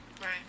Right